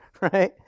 right